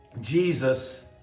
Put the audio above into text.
Jesus